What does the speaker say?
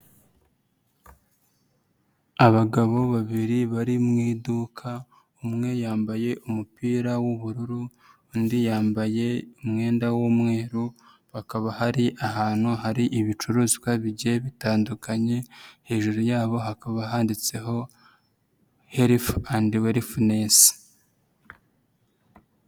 Abagabo babiri bari mu iduka umwe yambaye umupira w'ubururu undi yambaye umwenda w'umweru bakaba hari ahantu hari ibicuruzwa bigiye bitandukanye hejuru yabo hakaba handitseho herufu andi werifunesi.